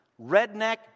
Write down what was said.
Redneck